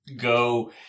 go